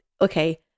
okay